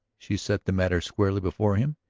she set the matter squarely before him.